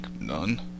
none